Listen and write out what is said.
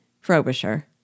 Frobisher